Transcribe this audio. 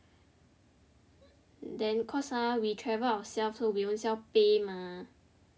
then cause ah we travel ourselves so we ownself pay mah